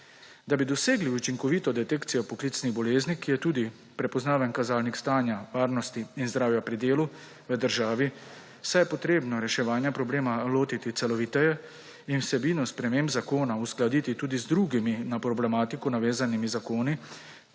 Da bi dosegli učinkovito detekcijo poklicnih bolezni, ki je tudi prepoznaven kazalnik stanja varnosti in zdravja pri delu v državi, se je potrebno reševanja problema lotiti celoviteje in vsebino sprememb zakona uskladiti tudi z drugimi na problematiko navezanimi zakoni